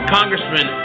Congressman